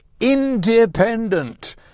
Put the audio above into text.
independent